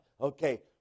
Okay